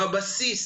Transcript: בבסיס,